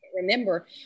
remember